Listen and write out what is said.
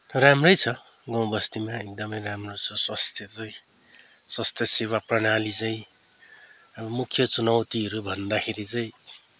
राम्रै छ गाउँ बस्तीमा एकदमै राम्रो छ स्वास्थ्य चाहिँ स्वास्थ्य सेवा प्रणाली चाहिँ अब मुख्य चुनौतीहरू भन्दाखेरि चाहिँ